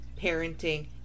parenting